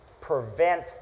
prevent